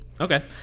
Okay